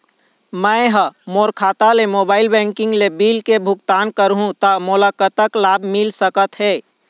मैं हा मोर खाता ले मोबाइल बैंकिंग ले बिल के भुगतान करहूं ता मोला कतक लाभ मिल सका थे?